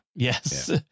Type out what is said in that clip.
Yes